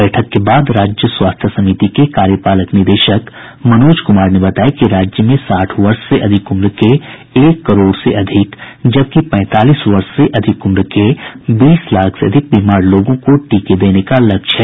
बैठक के बाद राज्य स्वास्थ्य समिति के कार्यपालक निदेशक मनोज कुमार ने बताया कि राज्य में साठ वर्ष से अधिक उम्र के एक करोड़ से अधिक जबकि पैंतालीस वर्ष से अधिक उम्र के बीस लाख से अधिक बीमार लोगों को टीके देने का लक्ष्य है